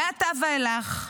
מעתה ואילך,